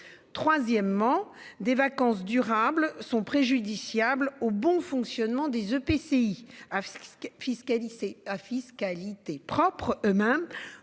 Troisièmement des vacances durables sont préjudiciable au bon fonctionnement des EPCI Afsca. À fiscalité propre eux-mêmes